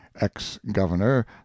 ex-governor